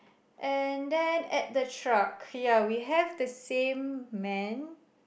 and then at the truck ya we have the same man